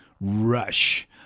rush